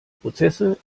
prozesse